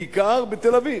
בעיקר בתל-אביב.